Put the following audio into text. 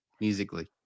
musically